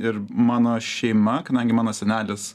ir mano šeima kadangi mano senelis